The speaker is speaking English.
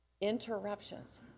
Interruptions